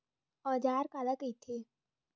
औजार काला कइथे?